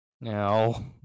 No